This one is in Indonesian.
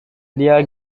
dia